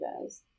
guys